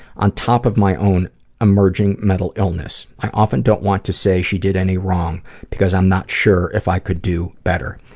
on top of my own emerging mental illness. i often don't want to say she did any wrong because sometimes i'm not sure if i could do better.